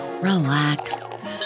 relax